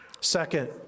Second